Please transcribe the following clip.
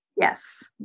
Yes